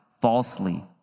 falsely